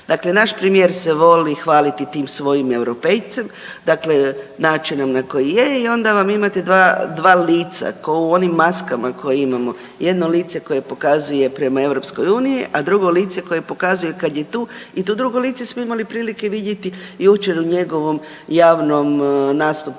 Dakle, naš premijer se voli hvaliti tim svojim europejcem, dakle načinom na koji je i onda imate dva lica kao u onim maskama koje imamo. Jedno lice koje pokazuje prema Europskoj uniji, a drugo lice koje pokazuje kada je tu i to drugo lice smo imali prilike vidjeti jučer u njegovom javnom nastupu